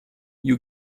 you